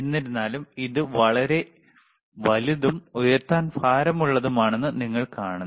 എന്നിരുന്നാലും ഇത് ഇടത് വളരെ വലുതും ഉയർത്താൻ ഭാരമുള്ളതുമാണെന്ന് നിങ്ങൾ കാണുന്നു